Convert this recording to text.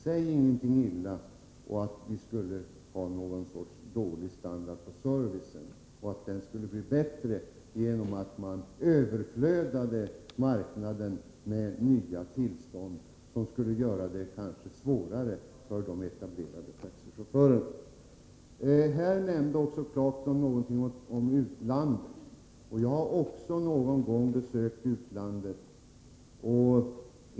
Säg ingenting illa om taxichaufförer och påstå inte att det skulle vara någon dålig standard på servicen! Säg inte att den skulle bli bättre om man lät marknaden överflödas av nya tillstånd, som kanske skulle göra det svårare för de etablerade taxichaufförerna! Rolf Clarkson nämnde taxiverksamheten i utlandet. Jag har också någon gång besökt utlandet.